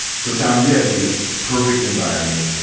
so tom, you have this perfect environment.